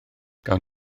gawn